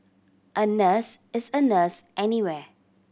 a nurse is a nurse anywhere